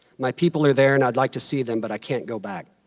my people are there and i'd like to see them, but i can't go back.